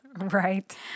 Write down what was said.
Right